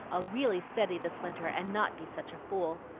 i'll really study this winter, and not be such a fool.